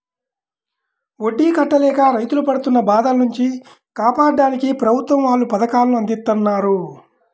వడ్డీ కట్టలేక రైతులు పడుతున్న బాధల నుంచి కాపాడ్డానికి ప్రభుత్వం వాళ్ళు పథకాలను అందిత్తన్నారు